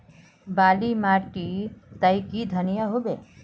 बाली माटी तई की धनिया होबे?